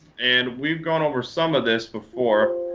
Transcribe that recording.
and we've gone over some of this before,